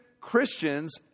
Christians